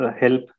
help